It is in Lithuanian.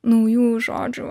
naujų žodžių